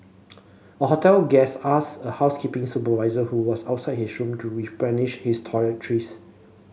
a hotel guest asked a housekeeping supervisor who was outside his room to replenish his toiletries